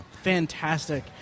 Fantastic